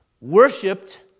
worshipped